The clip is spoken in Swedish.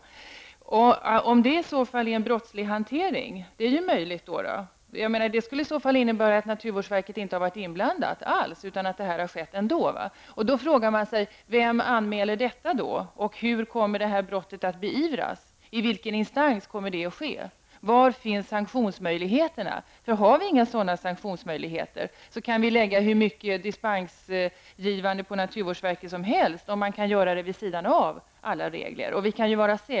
Det är möjligt att detta i så fall är en brottslig hantering. Det skulle i så fall innebära att naturvårdsverket inte alls har varit inblandat, utan att detta har skett ändå. Man kan då fråga sig: Vem skall anmäla detta brott, och hur kommer brottet att beivras? I vilken instans kommer detta att ske? Var finns sanktionsmöjligheterna? Finns inga sådana sanktionsmöjligheter, kan vi ge hur stor dispensrätt som helst till naturvårdsverket vid sidan av alla regler.